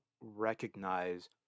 recognize